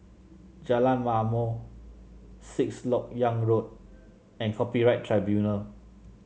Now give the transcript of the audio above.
Jalan Ma'mor Sixth LoK Yang Road and Copyright Tribunal